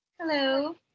Hello